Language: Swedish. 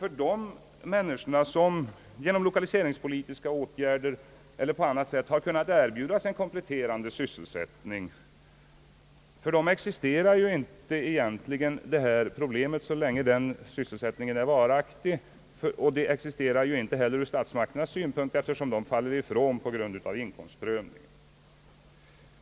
För de människor som genom lokaliseringspolitiska åtgärder eller på annat sätt har kunnat erbjudas kompletterande sysselsättning existerar detta problem egentligen inte så länge sysselsättningen är varaktig. Det existerar ju inte heller ur statsmakternas synpunkt, eftersom denna kategori faller ifrån på grund av inkomstprövning.